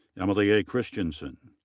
emily a. christiansen.